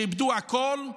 שאיבדו הכול,